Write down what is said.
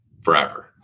forever